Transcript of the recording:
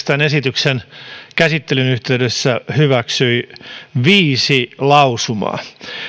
tämän aloitteen käsittelyn yhteydessä hyväksyi viisi lausumaa